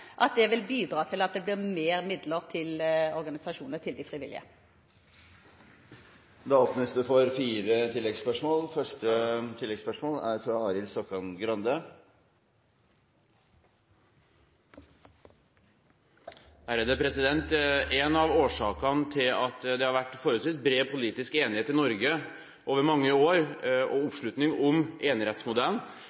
at vi tror og mener at det vil bidra til at det blir flere midler til de frivilliges organisasjoner. Det åpnes for fire oppfølgingsspørsmål – først Arild Grande. En av årsakene til at det har vært forholdsvis bred politisk enighet i Norge over mange år, og